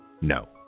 No